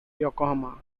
yokohama